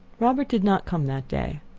robert did not come that day.